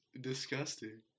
disgusting